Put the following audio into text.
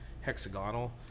hexagonal